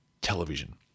television